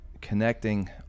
connecting